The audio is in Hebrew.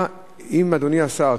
אם אדוני השר,